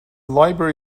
library